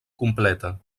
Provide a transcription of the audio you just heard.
completa